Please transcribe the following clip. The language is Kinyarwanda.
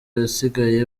yasigaye